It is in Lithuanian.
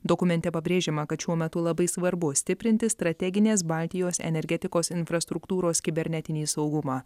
dokumente pabrėžiama kad šiuo metu labai svarbu stiprinti strateginės baltijos energetikos infrastruktūros kibernetinį saugumą